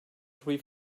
three